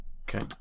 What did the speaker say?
Okay